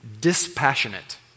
dispassionate